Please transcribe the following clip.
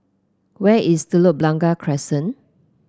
where is Telok Blangah Crescent